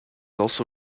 also